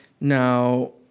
Now